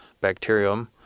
bacterium